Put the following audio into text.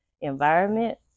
environment